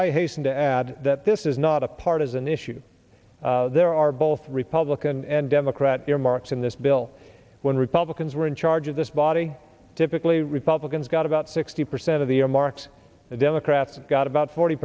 i hasten to add that this is not a partisan issue there are both republican and democrat earmarks in this bill when republicans were in charge of this body typically republicans got about sixty percent of the year marks the democrats got about forty